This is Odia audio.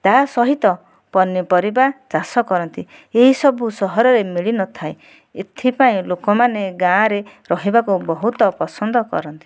ତାହା ସହିତ ପନିପରିବା ଚାଷ କରନ୍ତି ଏହିସବୁ ସହରରେ ମିଳିନଥାଏ ଏଥିପାଇଁ ଲୋକମାନେ ଗାଁରେ ରହିବାକୁ ବହୁତ ପସନ୍ଦ କରନ୍ତି